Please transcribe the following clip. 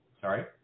sorry